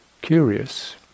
curious